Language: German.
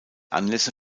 anlässe